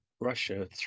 Russia